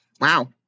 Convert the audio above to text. wow